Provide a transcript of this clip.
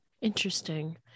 Interesting